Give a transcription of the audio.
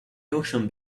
auction